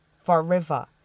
forever